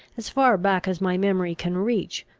as far back as my memory can reach,